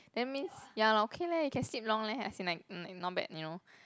then means ya lor okay leh you can sleep long leh as in like mm not bad you know